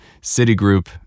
Citigroup